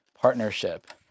partnership